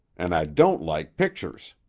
an' i don't like pictures.